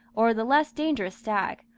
or the less dangerous stag,